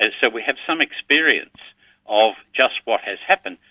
and so we have some experience of just what has happened.